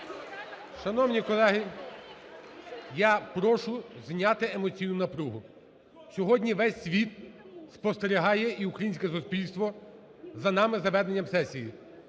Шановні колеги, я прошу зняти емоційну напругу. Сьогодні весь світ спостерігає і українське суспільство за нами, за веденням сесії.